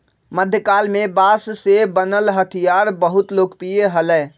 मध्यकाल में बांस से बनल हथियार बहुत लोकप्रिय हलय